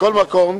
מכל מקום,